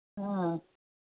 ம்